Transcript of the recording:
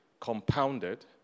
compounded